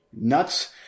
nuts